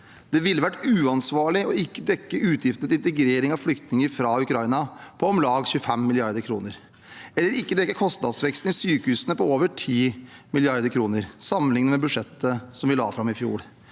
Det ville vært uansvarlig ikke å dekke utgiftene til integrering av flyktninger fra Ukraina på om lag 25 mrd. kr, eller ikke å dekke kostnadsveksten i sykehusene på over 10 mrd. kr sammenlignet med budsjettet som vi la fram i fjor.